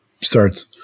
starts